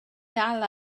dal